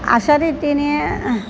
अशा रीतीने